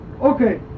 Okay